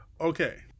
Okay